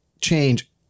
change